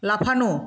লাফানো